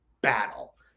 battle